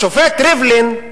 השופט ריבלין,